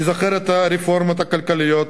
אני זוכר את הרפורמות הכלכליות